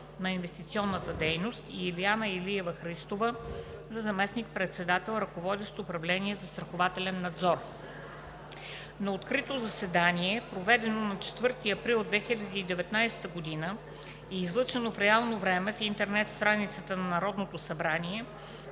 на инвестиционната дейност“, и Илиана Илиева Христова – за заместник-председател, ръководещ управление „Застрахователен надзор“ На открито заседание, проведено на 4 април 2019 г. и излъчено в реално време в интернет страницата на Народното събрание,